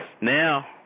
Now